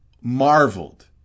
marveled